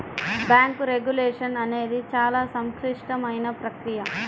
bank regulation అనేది చాలా సంక్లిష్టమైన ప్రక్రియ